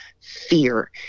fear